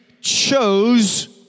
chose